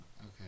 Okay